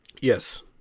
Yes